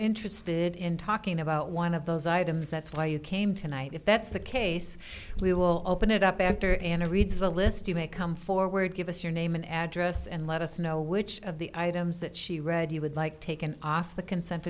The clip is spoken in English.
interested in talking about one of those items that's why you came tonight if that's the case we will open it up after anna reads the list you may come forward give us your name and address and let us know which of the items that she read you would like taken off the consent